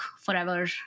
forever